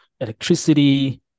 electricity